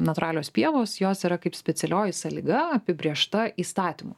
natūralios pievos jos yra specialioji sąlyga apibrėžta įstatymu